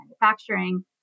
manufacturing